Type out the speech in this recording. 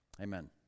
Amen